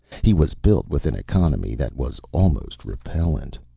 he was built with an economy that was almost repellent.